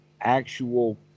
actual